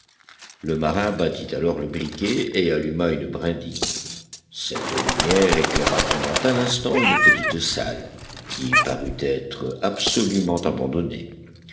le marin battit alors le briquet et alluma une brindille cette lumière éclaira pendant un instant une petite salle qui parut être absolument abandonnée